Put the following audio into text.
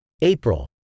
April